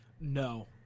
No